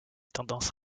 tendances